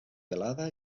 pelada